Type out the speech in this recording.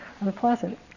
unpleasant